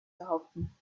behaupten